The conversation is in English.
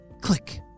Click